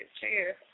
Cheers